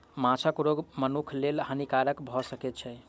माँछक रोग मनुखक लेल हानिकारक भअ सकै छै